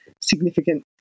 significant